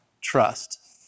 trust